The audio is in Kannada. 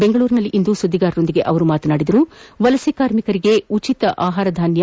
ಬೆಂಗಳೂರಿನಲ್ಲಿಂದು ಸುದ್ದಿಗಾರರೊಂದಿಗೆ ಮಾತನಾಡಿದ ಅವರು ವಲಸೆ ಕಾರ್ಮಿಕರಿಗೆ ಉಚಿತ ಆಹಾರ ಧಾನ್ಲ